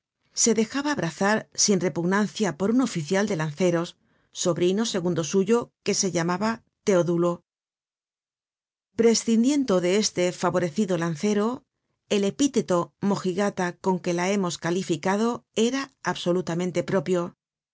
se dejaba abrazar sin repugnancia por un oficial de lanceros sobrino segundo suyo que se llamaba teodulo prescindiendo de este favorecido lancero el epíteto mojigata con que la hemos calificado era absolutamente propio